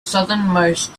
southernmost